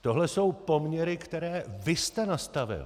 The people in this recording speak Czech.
Tohle jsou poměry, které vy jste nastavil.